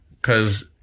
Cause